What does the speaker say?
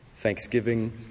thanksgiving